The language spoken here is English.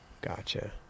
Gotcha